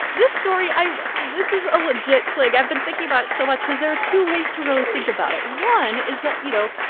this story, i this is a legit clig. i've been thinking about it so much because there are two ways to really think about it. one is that, you know,